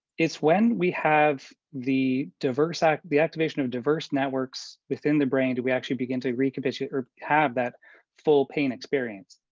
it's when we have the diverse act, the activation of diverse networks within the brain, do we actually begin to recapitulate or have that full pain experience.